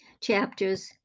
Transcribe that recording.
chapters